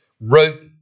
wrote